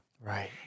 Right